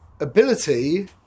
ability